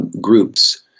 groups